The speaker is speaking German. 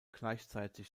gleichzeitig